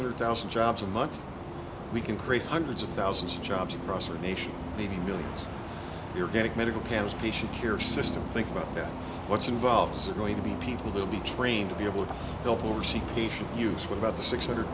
hundred thousand jobs a month we can create hundreds of thousands of jobs across the nation leaving millions you're getting medical cancer patient care system think about what's involved going to be people will be trained to be able to help oversee patient use what about the six hundred